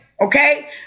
Okay